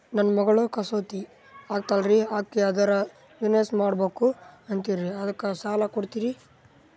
ನನ್ನ ಮಗಳು ಕಸೂತಿ ಹಾಕ್ತಾಲ್ರಿ, ಅಕಿ ಅದರ ಬಿಸಿನೆಸ್ ಮಾಡಬಕು ಅಂತರಿ ಅದಕ್ಕ ಸಾಲ ಕೊಡ್ತೀರ್ರಿ?